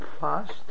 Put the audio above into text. Fast